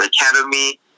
Academy